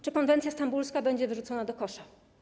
Czy konwencja stambulska będzie wyrzucona do kosza?